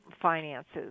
finances